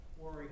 Worry